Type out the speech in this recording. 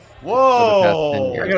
Whoa